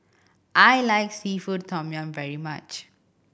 I like seafood tom yum very much